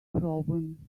problem